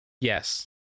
Yes